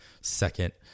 second